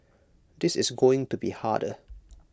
this is going to be harder